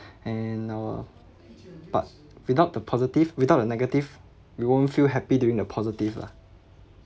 and our but without the positive without the negative we won't feel happy during the positive lah